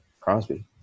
Crosby